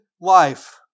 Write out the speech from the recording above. life